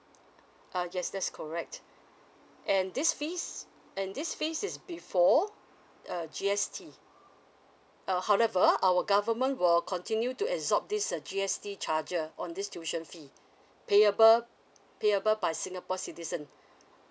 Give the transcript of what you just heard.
uh yes that's correct and this fees and this fees is before a G_S_T err however our government will continue to absorb this G_S_T charger on this tuition fee payable payable by singapore citizen